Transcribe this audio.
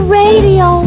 radio